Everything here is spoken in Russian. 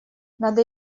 надо